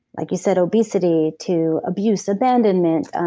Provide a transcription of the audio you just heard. like you said, obesity, to abuse, abandonment,